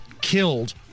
killed